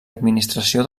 administració